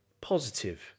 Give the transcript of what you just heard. positive